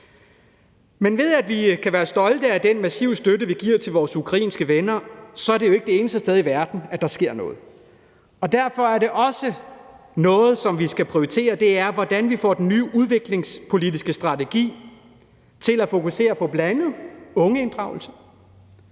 Men selv om vi kan være stolte af den massive støtte, vi giver til vores ukrainske venner, er det jo ikke det eneste sted i verden, der sker noget. Noget, som vi derfor også skal prioritere, er, hvordan vi får den nye udviklingspolitiske strategi til at fokusere på bl.a. ungeinddragelse.